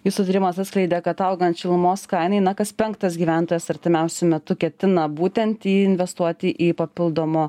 jūsų tyrimas atskleidė kad augant šilumos kainai na kas penktas gyventojas artimiausiu metu ketina būtent investuoti į papildomo